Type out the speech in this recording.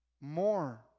more